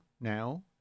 now